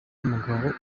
umugabo